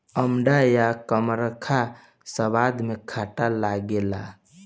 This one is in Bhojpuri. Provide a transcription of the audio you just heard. अमड़ा या कमरख स्वाद में खट्ट लागेला